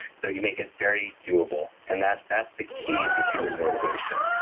so you make it very doable and that's that's the key to human motivation.